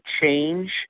change